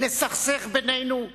לסכסך בינינו,